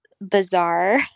Bizarre